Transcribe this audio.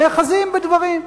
נאחזים בדברים.